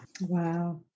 Wow